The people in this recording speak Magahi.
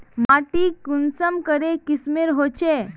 माटी कुंसम करे किस्मेर होचए?